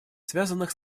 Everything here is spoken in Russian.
связанных